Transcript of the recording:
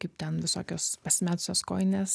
kaip ten visokios pasimetusios kojinės